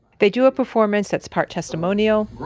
they do a performance, that's part testimonial.